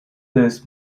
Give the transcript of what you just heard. this